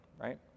right